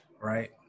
right